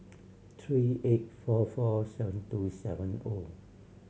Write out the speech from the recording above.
three eight four four seven two seven O